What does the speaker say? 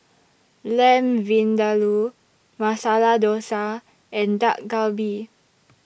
Lamb Vindaloo Masala Dosa and Dak Galbi